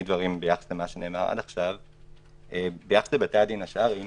ביחס לבתי הדין השרעיים,